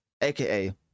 aka